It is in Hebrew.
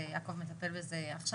יעקב מטפל בזה עכשיו,